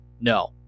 no